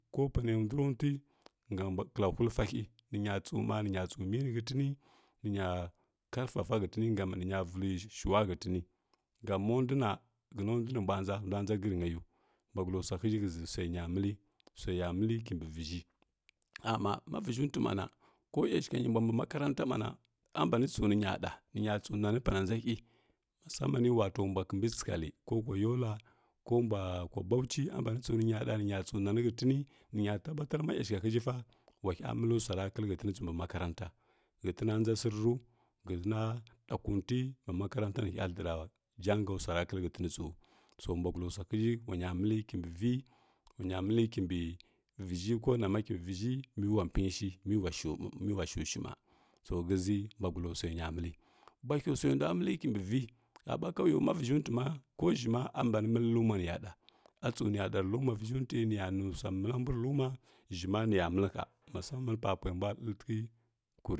Ko panə ndu ra nta ga bwa kəla huɗə hə nənya tsu ma nənya tsu mini hətini nənya karfasu hətini gam nənya vil shua hətini gan manduna hənandunibalu ʒha ndua ʒa gərinyiu bwagula suahiʒhəʒhə həʒə sua nya mələ sua ya mə lə kibə vəʒə hə məa ma vəʒhə ntu məna ko ashikənyi bwabi makarant mə na a bani tsu ninyə ɗa ninyə tsu nani ɓana ʒəahi musamani wata bwa kəmbi tsakallə ko hulə yola ko bwə kula bauchi a banə tsu ninya da ninya tsu nani hətini ninyə tabatar ma sa wahə məl suara kəlhətinə tsu bə makaranta, hətina nʒə səru, hətinaɗakuti nətini tsu so bwagula sua həʒə manya mələ hibə və wunya mələ kibə viʒə ko nama kibə viʒə miwa pinyəshə miwa shuavi miwa shushə mə so shʒə bwagula sua nya mələ bwahə suə ndwa mələ kibə və gaɓa kaluaiuma cəʒhəuntə ma ko ʒhəma a banə məlluma niya ɗa a tsu niya ɗa rə luma vi əntui niya nusula mələ buirə luma ʒə ma niya mələ hə musaman pa puai mbaa ɗiətika kwirə.